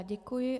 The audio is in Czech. Děkuji.